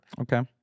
Okay